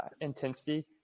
intensity